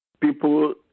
people